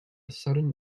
sudden